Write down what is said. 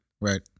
Right